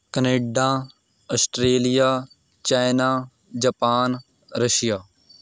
Canada Australia China Japan Russia